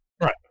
Right